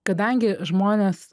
kadangi žmonės